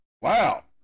Wow